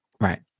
Right